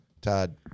Todd